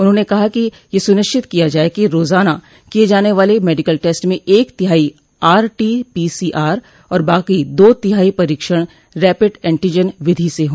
उन्होंने कहा कि यह सुनिश्चित किया जाये कि रोजाना किये जाने वाले मेडिकल टेस्ट में एक तिहाई आरटीपोसीआर और बाकी दो तिहाई परीक्षण रैपिड एंटीजन विधि से हो